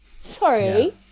sorry